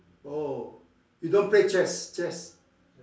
oh you don't play chess chess